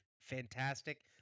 fantastic